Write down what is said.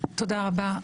תודה רבה.